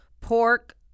pork